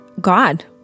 God